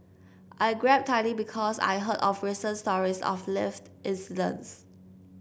I grabbed tightly because I heard of recent stories of lift incidents